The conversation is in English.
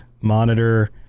monitor